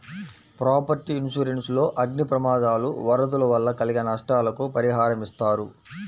property insurance లో అగ్ని ప్రమాదాలు, వరదలు వల్ల కలిగే నష్టాలకు పరిహారమిస్తారు